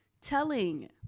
telling